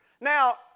Now